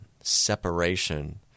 separation